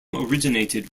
originated